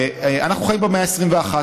אנחנו חיים במאה ה-21,